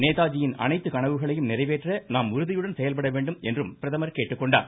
நேதாஜியின் அனைத்துக் கனவுகளையும் நிறைவேற்ற நாம் உறுதியுடன் செயல்பட வேண்டும் என்றும் பிரதமர் கேட்டுக்கொண்டார்